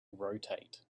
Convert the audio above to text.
rotate